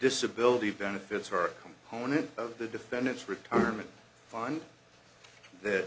disability benefits are component of the defendant's retirement fund th